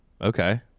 okay